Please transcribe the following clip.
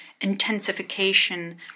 intensification